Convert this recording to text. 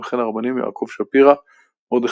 וכיום הוא מגיש פינה תורנית שבועית בכיכר